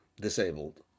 disabled